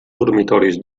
dormitoris